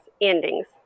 endings